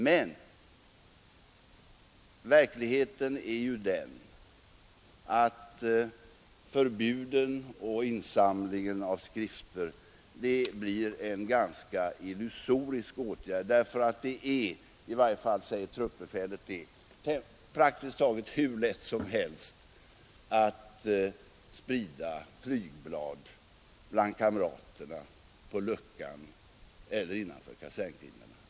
Men verkligheten är ju den att förbud och insamlingar av skrifter blir ganska illusoriska åtgärder, eftersom det är — i varje fall säger truppbefälet det — praktiskt taget hur lätt som helst att sprida flygblad bland kamraterna på luckan eller innanför kaserngrindarna.